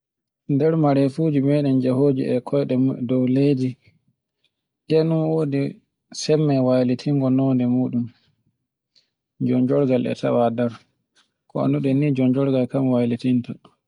nder marefuji meɗen e jahoji e koyɗe muɗum dow leydi, denode sembe waylitingo londe muɗum. Jonjorgal e tawa nder. Ko annduɗen jorjorgal kan waylitinta